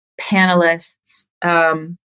panelists